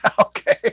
Okay